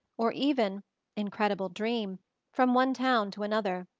or even incredible dream from one town to another.